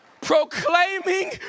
Proclaiming